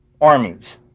armies